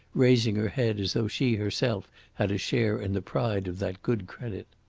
raising her head as though she herself had a share in the pride of that good credit.